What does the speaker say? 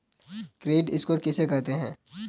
Credit score किसे कहते हैं?